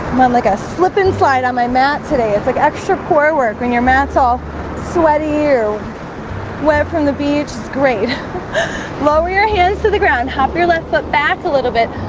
like a slip and slide on my mat today. it's like extra core work when your mats off sweaty you went from the beach is great lower your hands to the ground hop your left foot back a little bit.